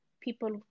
people